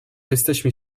jesteśmy